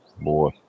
boy